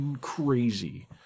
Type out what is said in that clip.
crazy